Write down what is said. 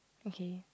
okay